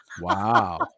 Wow